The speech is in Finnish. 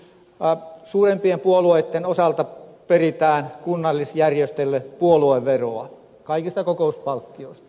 suurempien puolueitten osalta peritään kunnallisjärjestöille puolueveroa kaikista kokouspalkkioista